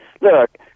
Look